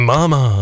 Mama